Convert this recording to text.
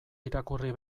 irakurri